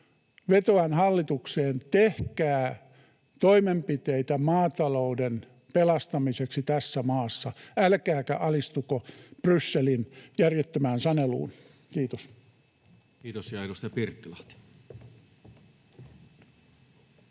Vetoan hallitukseen: tehkää toimenpiteitä maatalouden pelastamiseksi tässä maassa älkääkä alistuko Brysselin järjettömään saneluun. — Kiitos. [Speech 186] Speaker: